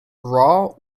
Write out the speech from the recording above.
raw